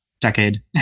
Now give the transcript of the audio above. decade